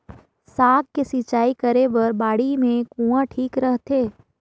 साग के सिंचाई करे बर बाड़ी मे कुआँ ठीक रहथे?